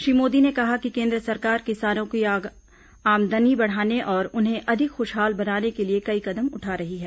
श्री मोदी ने कहा कि केन्द्र सरकार किसानों की आमदनी बढ़ाने और उन्हें अधिक खुशहाल बनाने के लिए कई कदम उठा रही है